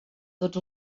tots